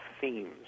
themes